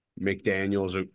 McDaniel's